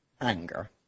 anger